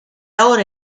ahora